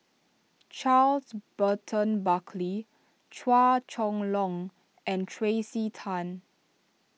Charles Burton Buckley Chua Chong Long and Tracey Tan